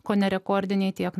kone rekordiniai tiek